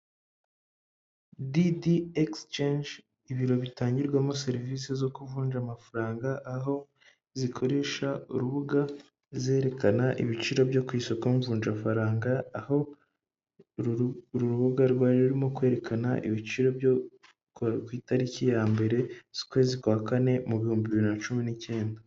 D.D egisicenge, ibiro bitangirwamo serivise zo kuvunja amafaranga, aho zikoresha urubuga zerekana ibiciro byo kwi isoko mvunjfaranga, aho uru rubuga rwari rurimo kwerekana ibiciro byo ku itariki ya mbere, ukwezi kwa kane mu bihumbi bibiri na cumi n'icyenda.